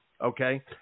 okay